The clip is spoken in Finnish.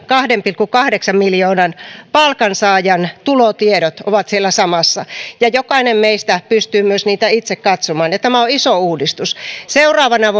kahden pilkku kahdeksan miljoonan palkansaajan tulotiedot ovat siellä samassa ja jokainen meistä pystyy niitä itse katsomaan tämä on iso uudistus seuraavana